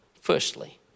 firstly